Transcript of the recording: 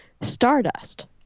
stardust